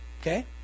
Okay